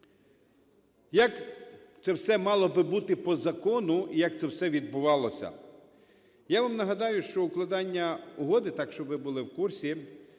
Як це все мало би бути по закону і як це все відбувалося. Я вам нагадаю, що укладення угоди, так, щоб ви були в курсі,